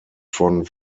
von